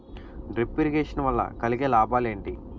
Drip irrigation వల్ల కలిగే లాభాలు ఏంటి?